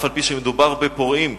אף-על-פי שמדובר בפורעים.